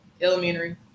elementary